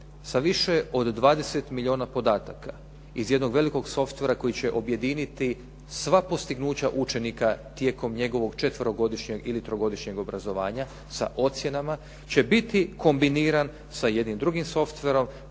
sa više od 20 milijuna podataka iz jednog velikog softvera koji će objediniti sva postignuća učenika tijekom njegovog četverogodišnjeg ili trogodišnjeg obrazovanja. Sa ocjenama će biti kombiniran sa jednim drugim softverom